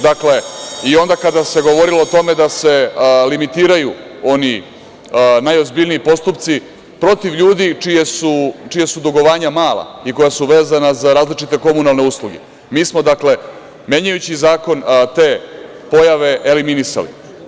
Dakle, i onda kada se govorilo o tome da se limitiraju oni najozbiljniji postupci protiv ljudi čija su dugovanja mala i koja su vezana za različite komunalne usluge, mi smo menjajući zakon te pojave eliminisali.